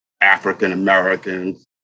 African-Americans